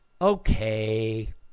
Okay